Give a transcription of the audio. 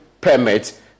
permit